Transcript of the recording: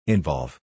Involve